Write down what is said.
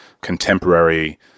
contemporary